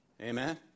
Amen